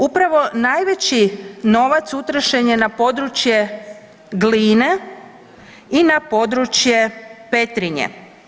Upravo najveći novac utrošen je na područje Gline i na područje Petrinje.